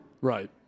Right